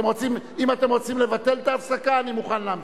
אם אתם רוצים לבטל את ההפסקה, אני מוכן להמשיך.